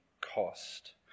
cost